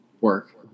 Work